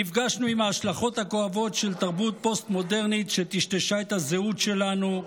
נפגשנו עם ההשלכות הכואבות של תרבות פוסט-מודרנית שטשטשה את הזהות שלנו,